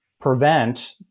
prevent